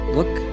Look